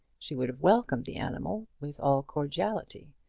she would have welcomed the animal with all cordiality,